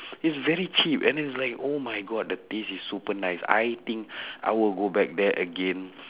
it's very cheap and it's like oh my god the taste is super nice I think I will go back there again